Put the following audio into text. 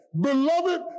Beloved